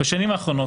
בשנים האחרונות,